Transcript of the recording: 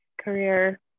career